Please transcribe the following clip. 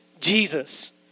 Jesus